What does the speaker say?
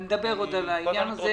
עוד נדבר על העניין הזה.